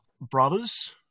brothers